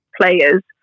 players